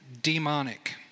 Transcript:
demonic